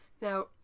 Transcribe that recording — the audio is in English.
Now